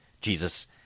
Jesus